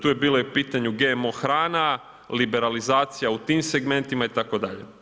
Tu je bilo u pitanju i GMO hrana, liberalizacija u tim segmentima itd.